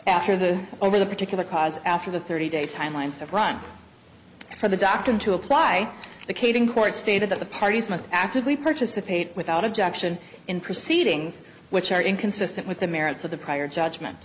after the over the particular cause after the thirty day time lines have run for the doctor to apply the case in court stated that the parties must actively participate without objection in proceedings which are inconsistent with the merits of the prior judgment